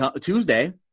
Tuesday